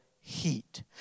heat